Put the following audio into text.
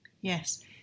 yes